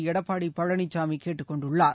எடப்பாடி பழனிசாமி கேட்டுக் கொண்டுள்ளார்